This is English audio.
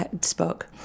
spoke